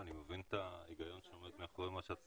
אני מבין את ההיגיון שעומד מאחורי מה שאת